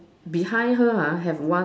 behind her ah have one